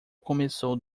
começou